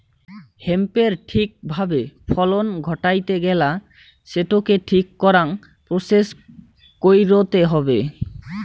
হেম্পের ঠিক ভাবে ফলন ঘটাইতে গেলা সেটোকে ঠিক করাং প্রসেস কইরতে হবে